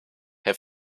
herr